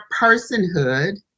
personhood